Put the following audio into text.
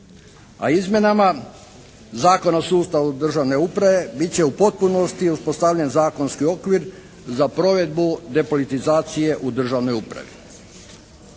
A izmjenama Zakona o sustavu državne uprave bit će u potpunosti uspostavljen zakonski okvir za provedbu depolitizacije u državnoj upravi.